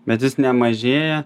bet jis nemažėja